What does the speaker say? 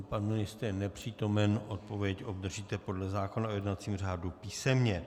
Pan ministr je nepřítomen, odpověď obdržíte podle zákona o jednacím řádu písemně.